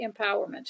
empowerment